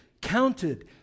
counted